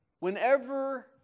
whenever